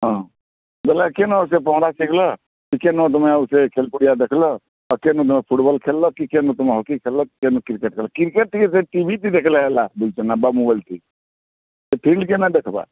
ହଁ ବୋଲେ କେନ ସେ ପହଁରା ଶିଖିଲ ଟିକେ ନ ସେ ଖେଲ୍ ପଡ଼ିଆ ଦେଖିଲ ଆଉ କେନ ସେ ଫୁଟବଲ୍ ଖେଳିଲକି କେନ ତୁମେ ହକି ଖେଳିଲ କେନ କ୍ରିକେଟ୍ ଖେଳିଲ କ୍ରିକେଟ୍ ଟିକେ ଦେଖ ଟି ଭି ବି ଦେଖିଲେ ହେଲା ସେ ଫୀଲ୍ଡକେ ନା ଦେଖବା